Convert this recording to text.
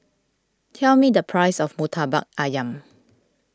tell me the price of Murtabak Ayam